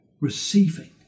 receiving